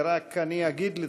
רק אגיד,